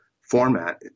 format